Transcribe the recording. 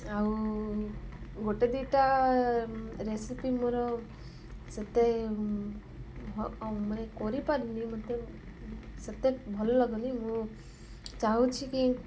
ଆଉ ଗୋଟେ ଦୁଇଟା ରେସିପି ମୋର ସେତେ ମାନେ କରିପାରିନି ମୋତେ ସେତେ ଭଲ ଲାଗୁନି ମୁଁ ଚାହୁଁଛି କି